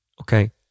okay